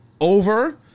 over